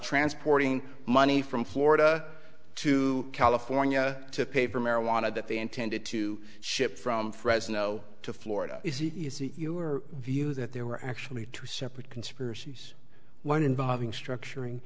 transporting money from florida to california to pay for marijuana that they intended to ship from fresno to florida is it your view that there were actually two separate conspiracies one involving structuring